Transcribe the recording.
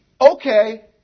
okay